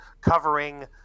covering